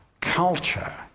culture